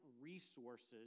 resources